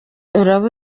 uraba